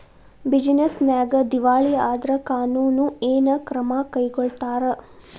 Business ನ್ಯಾಗ ದಿವಾಳಿ ಆದ್ರ ಕಾನೂನು ಏನ ಕ್ರಮಾ ಕೈಗೊಳ್ತಾರ?